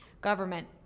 government